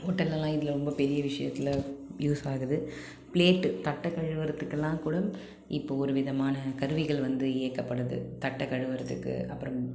ஹோட்டல்லலாம் இதில் ரொம்ப பெரிய விஷயத்தில் யூஸ் ஆகுது பிளேட்டு தட்டை கழுவுகிறத்துக்கெல்லாங்கூட இப்போ ஒரு விதமான கருவிகள் வந்து இயக்கப்படுது தட்டை கழுவுகிறதுக்கு அப்பறம்